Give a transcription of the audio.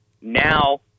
Now